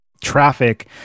traffic